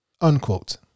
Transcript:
Unquote